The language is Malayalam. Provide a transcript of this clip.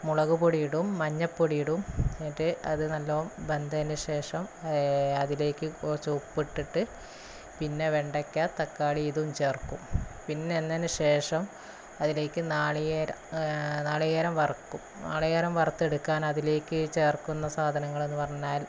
മുളകുപൊടി ഇടും മഞ്ഞപ്പൊടി ഇടും എന്നിട്ട് അത് നല്ലോണം വെന്തേന് ശേഷം അതിലേക്ക് കുറച്ചുപ്പിട്ടിട്ട് പിന്നെ വെണ്ടയ്ക്ക തക്കാളി ഇതും ചേർക്കും പിന്നെന്നെയ്ന് ശേഷം അതിലേക്ക് നാളികേരം നാളികേരം വറക്കും നാളികേരം വറത്തെടുക്കാൻ അതിലേക്ക് ചേർക്കുന്ന സാധനങ്ങളെന്ന് പറഞ്ഞാൽ